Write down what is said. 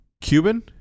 Cuban